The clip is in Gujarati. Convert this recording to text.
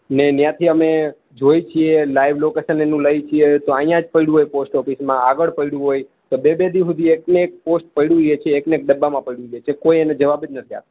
ને ન્યાથી અમે જોઈએ છે લાઈવ લોકેશન એનું લઈ જઈએ તો અહિયાં પડ્યું હોય પોસ્ટઓફિસમાં આગળ પડ્યું હોય તો બે બે દી સુધી એક ને એક પોસ્ટ પડ્યું રહે છે એકને એક ડબ્બામાં પડ્યું રહે છે કોઈ એને જવાબ જ નથી આપતા